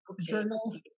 journal